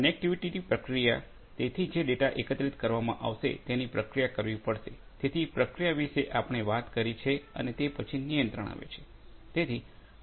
connectivity પ્રક્રિયા તેથી જે ડેટા એકત્રિત કરવામાં આવશે તેની પ્રક્રિયા કરવી પડશે તેથી પ્રક્રિયા વિશે આપણે વાત કરી છે અને તે પછી નિયંત્રણ આવે છે